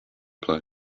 play